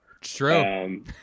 True